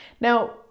Now